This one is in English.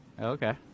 Okay